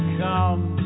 come